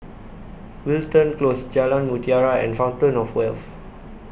Wilton Close Jalan Mutiara and Fountain of Wealth